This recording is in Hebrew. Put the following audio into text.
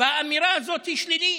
והאמירה הזאת היא שלילית,